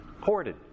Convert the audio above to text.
hoarded